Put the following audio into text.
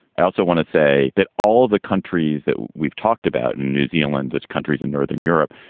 i also want to say that all of the countries that we've talked about, new zealand, that's countries in northern europe,